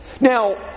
Now